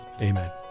Amen